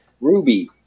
Ruby